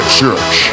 church